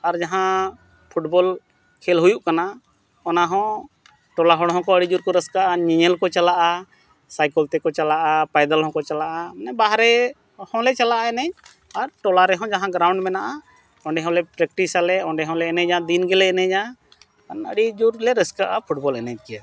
ᱟᱨ ᱡᱟᱦᱟᱸ ᱯᱷᱩᱴᱵᱚᱞ ᱠᱷᱮᱞ ᱦᱩᱭᱩᱜ ᱠᱟᱱᱟ ᱚᱱᱟᱦᱚᱸ ᱴᱚᱞᱟ ᱦᱚᱲ ᱦᱚᱸᱠᱚ ᱟᱹᱰᱤ ᱡᱳᱨ ᱠᱚ ᱨᱟᱹᱥᱠᱟᱹᱜᱼᱟ ᱧᱮᱧᱮᱞ ᱠᱚ ᱪᱟᱞᱟᱜᱼᱟ ᱥᱟᱭᱠᱮᱞ ᱛᱮᱠᱚ ᱪᱟᱞᱟᱜᱼᱟ ᱯᱟᱭᱫᱮᱞ ᱦᱚᱸᱠᱚ ᱪᱟᱞᱟᱜᱼᱟ ᱢᱟᱱᱮ ᱵᱟᱦᱨᱮ ᱦᱚᱸᱞᱮ ᱪᱟᱞᱟᱜᱼᱟ ᱮᱱᱮᱡ ᱟᱨ ᱴᱚᱞᱟ ᱨᱮᱦᱚᱸ ᱡᱟᱦᱟᱸ ᱜᱨᱟᱣᱩᱱᱰ ᱢᱮᱱᱟᱜᱼᱟ ᱚᱸᱰᱮ ᱦᱚᱸᱞᱮ ᱯᱨᱮᱠᱴᱤᱥ ᱟᱞᱮ ᱚᱸᱰᱮᱦᱚᱸᱞᱮ ᱮᱱᱮᱡᱟ ᱫᱤᱱ ᱜᱮᱞᱮ ᱮᱱᱮᱡᱟ ᱟᱹᱰᱤ ᱡᱳᱨᱞᱮ ᱨᱟᱹᱥᱠᱟᱹᱜᱼᱟ ᱯᱷᱩᱴᱵᱚᱞ ᱮᱱᱮᱡ ᱜᱮ